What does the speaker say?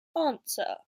answer